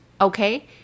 okay